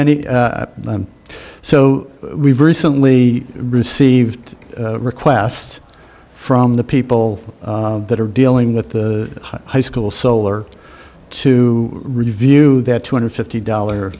any so we've recently received requests from the people that are dealing with the high school solar to review that two hundred and fifty dollar